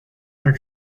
are